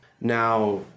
Now